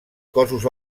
cossos